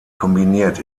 kombiniert